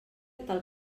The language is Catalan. tal